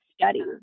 study